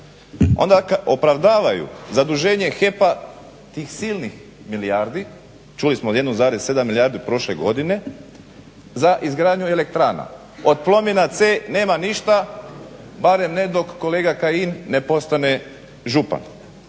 Onda opravdavaju zaduženje HEP-a tih silnih milijardi, čuli smo od 1,7 milijardi prošle godine za izgradnju elektrana. Od Plomina C nema ništa, barem ne dok kolega Kajin ne postane župan.